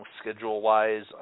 schedule-wise